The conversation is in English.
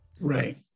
right